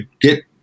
get –